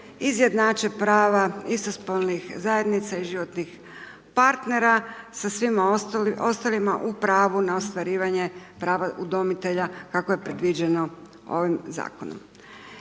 izjednače prava istospolnih zajednica i životnih partnera sa svima ostalima u pravu na ostvarivanje prava udomitelja kako je predviđeno ovim zakonom.